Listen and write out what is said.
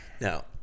now